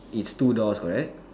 is two doors correct